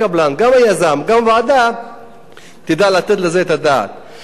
גם היזם וגם הוועדה ידעו לתת על זה את הדעת.